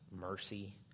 mercy